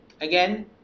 again